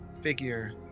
figure